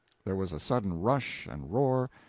there was a sudden rush and roar,